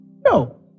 No